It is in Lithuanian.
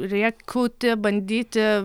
rėkauti bandyti